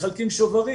מחלקים שוברים